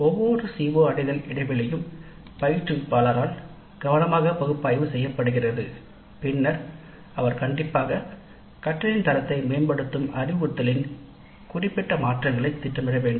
ஒவ்வொரு CO அடைதல் இடைவெளியும் பயிற்றுவிப்பாளரால் கவனமாக பகுப்பாய்வு செய்யப்படுகிறது பின்னர் அவர் அல்லது அவள் கண்டிப்பாக கற்றலின் தரத்தை மேம்படுத்தும் அறிவுறுத்தலில் குறிப்பிட்ட மாற்றங்களைத் திட்டமிட வேண்டும்